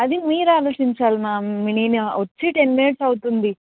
అది మీరు ఆలోచించాలి మ్యామ్ నేను వచ్చి టెన్ మినిట్స్ అవుతుంది